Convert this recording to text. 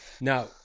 Now